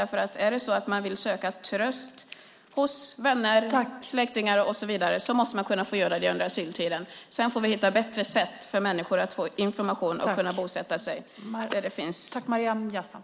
Vill man söka tröst hos vänner, släktingar och så vidare måste man få göra det under asyltiden. Sedan får vi hitta bättre sätt för människor när det gäller att få information och att kunna bosätta sig där det finns bostäder och arbetstillfällen.